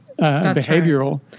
behavioral